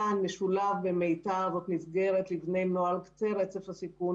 מפתן משולב עם מיתר זאת מסגרת של בני נוער שהם על קצה רצף הסיכון,